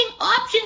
options